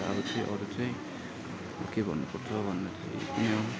अन्त अब चाहिँ अरू चाहिँ के भन्नुपर्छ भन्दा चाहिँ यत्ति नै हो